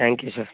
thank you sir